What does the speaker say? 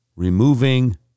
removing